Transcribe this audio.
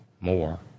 more